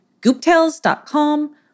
gooptales.com